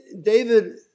David